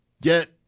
get